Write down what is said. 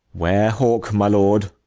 ware hawk, my lord.